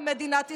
במדינת ישראל,